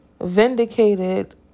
vindicated